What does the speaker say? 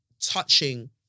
touching